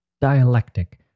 dialectic